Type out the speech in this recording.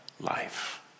life